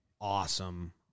awesome